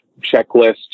checklist